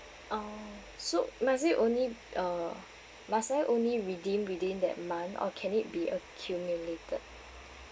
uh so must it only uh must I only redeem within that month or can it be accumulated